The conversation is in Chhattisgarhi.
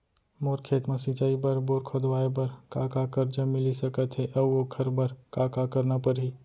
मोर खेत म सिंचाई बर बोर खोदवाये बर का का करजा मिलिस सकत हे अऊ ओखर बर का का करना परही?